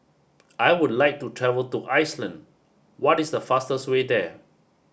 I would like to travel to Iceland what is the fastest way there